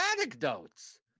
anecdotes